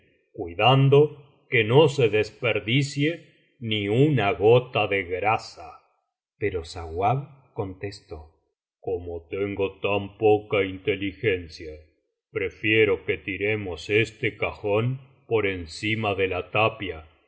cuidando que no se desperdicie ni una gota de grasa pero sauab contestó como tengo tan poca inteligencia prefiero que tiremos este cajón por encima de la tapia